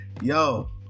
Yo